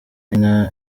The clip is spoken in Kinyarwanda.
nina